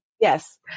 Yes